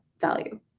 value